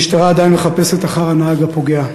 המשטרה עדיין מחפשת אחר הנהג הפוגע.